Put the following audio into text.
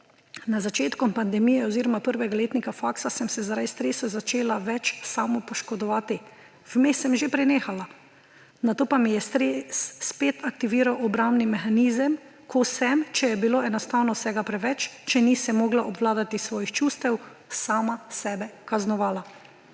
»Na začetku pandemije oziroma prvega letnika faksa sem se zaradi stresa začela več samopoškodovati. Vmes sem že prenehala, nato pa mi je stres spet aktiviral obrambni mehanizem, ko sem, če je bilo enostavno vsega preveč, če nisem mogla obvladati svojih čustev, sama sebe kaznovala.